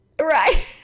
Right